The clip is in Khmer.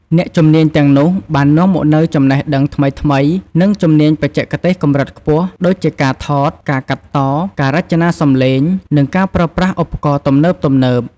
អ្នកជំនាញទាំងនោះបាននាំមកនូវចំណេះដឹងថ្មីៗ និងជំនាញបច្ចេកទេសកម្រិតខ្ពស់ ដូចជាការថត ការកាត់ត ការរចនាសំឡេង និងការប្រើប្រាស់ឧបករណ៍ទំនើបៗ។